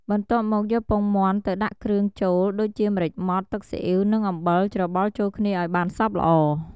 បន្ទាប់មកយកពងមាន់ទៅដាក់គ្រឿងចូល ដូចជា ម្រេចម៉ដ្ឋ ទឹកស៊ីអ៉ីវ និងអំបិល ច្របល់ចូលគ្នាឱ្យបានសព្វល្អ។